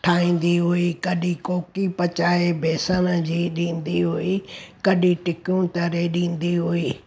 ठाहींदी हुई कॾहिं कोकी पचाए बेसण जी ॾींदी हुई कॾहिं टिकियूं तरे ॾींदी हुई